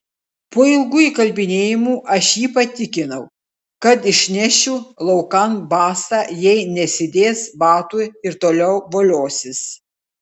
po ilgų įkalbinėjimų aš jį patikinau kad išnešiu laukan basą jei nesidės batų ir toliau voliosis